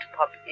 pop